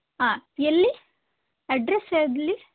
ಹಾಂ ಎಲ್ಲಿ ಅಡ್ರೆಸ್ ಎಲ್ಲಿ